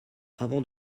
avant